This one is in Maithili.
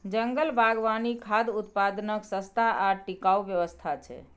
जंगल बागवानी खाद्य उत्पादनक सस्ता आ टिकाऊ व्यवस्था छै